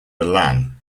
milan